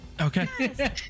Okay